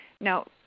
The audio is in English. Now